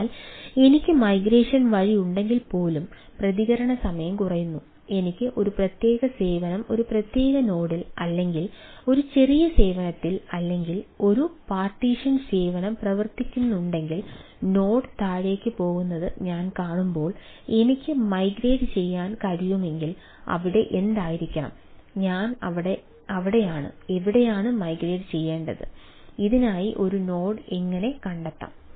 അതിനാൽ എനിക്ക് മൈഗ്രേഷൻ എങ്ങനെ കണ്ടെത്താം